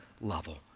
level